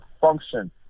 function